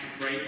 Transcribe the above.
right